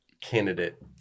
candidate